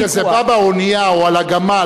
כשזה בא באונייה או על הגמל,